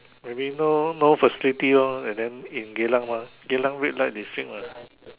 I mean no no facility lor and then in Geylang mah Geylang red light district mah